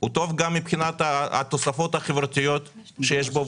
הוא טוב גם מבחינת התוספות החברתיות שיש בו,